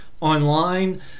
online